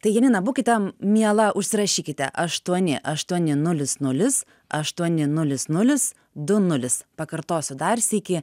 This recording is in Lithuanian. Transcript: tai janina būkite miela užsirašykite aštuoni aštuoni nulis nulis aštuoni nulis nulis du nulis pakartosiu dar sykį